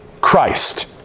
Christ